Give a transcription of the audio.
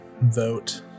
Vote